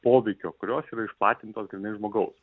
poveikio kurios yra išplatintos grynai žmogaus